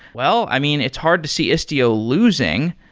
well, i mean, it's hard to see istio losing.